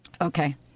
Okay